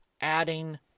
adding